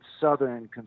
Southern